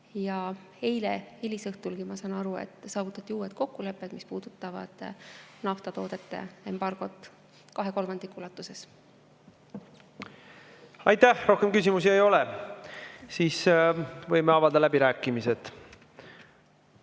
Eile hilisõhtulgi, ma saan aru, saavutati uued kokkulepped, mis puudutavad naftatoodete embargot kahe kolmandiku ulatuses. Aitäh! Rohkem küsimusi ei ole, võime avada läbirääkimised.